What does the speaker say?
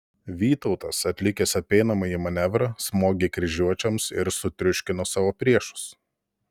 vytautas atlikęs apeinamąjį manevrą smogė kryžiuočiams ir sutriuškino savo priešus